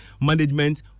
management